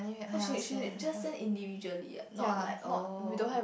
oh she she just send individually ah not like oh